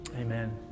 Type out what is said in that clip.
Amen